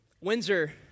Windsor